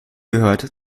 gehört